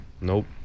Nope